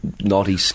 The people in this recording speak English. naughty